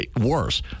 worse